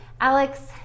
Alex